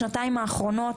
בשנתיים האחרונות,